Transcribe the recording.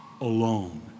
alone